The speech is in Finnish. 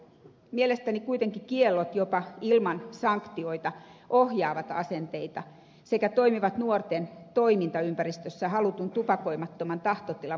mielestäni kuitenkin kiellot jopa ilman sanktioita ohjaavat asenteita sekä toimivat nuorten toimintaympäristössä halutun tupakoimattoman tahtotilan vahvistajana